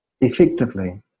effectively